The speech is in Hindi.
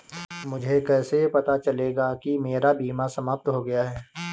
मुझे कैसे पता चलेगा कि मेरा बीमा समाप्त हो गया है?